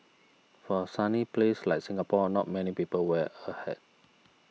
for a sunny place like Singapore not many people wear a hat